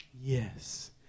yes